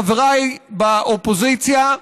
חבריי באופוזיציה,